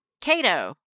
Cato